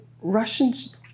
Russians